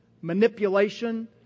manipulation